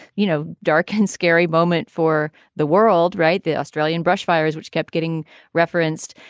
you know, dark and scary moment for the world. right. the australian brushfires, which kept getting referenced,